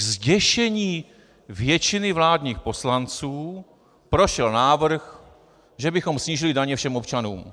K zděšení většiny vládních poslanců prošel návrh, že bychom snížili daně všem občanům.